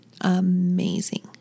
amazing